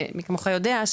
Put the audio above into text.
מי כמוך יודע,